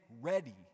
ready